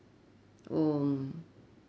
oh mm